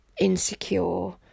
insecure